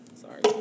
Sorry